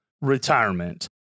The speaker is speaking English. retirement